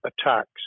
attacks